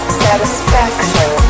satisfaction